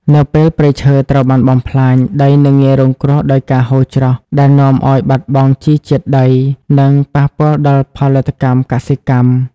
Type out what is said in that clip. នៅពេលព្រៃឈើត្រូវបានបំផ្លាញ ដីនឹងងាយរងគ្រោះដោយការហូរច្រោះ ដែលនាំឱ្យបាត់បង់ជីជាតិដី និងប៉ះពាល់ដល់ផលិតកម្មកសិកម្ម។